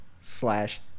slash